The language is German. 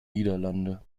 niederlande